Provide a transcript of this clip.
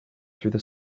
through